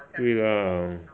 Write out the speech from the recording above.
对 lah